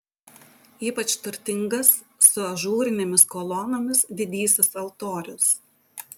ypač turtingas su ažūrinėmis kolonomis didysis altorius